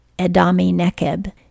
Adami-nekeb